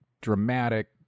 dramatic